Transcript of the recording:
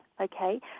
okay